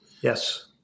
Yes